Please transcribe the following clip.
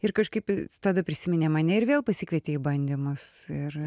ir kažkaip tada prisiminė mane ir vėl pasikvietė į bandymus ir